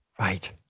Right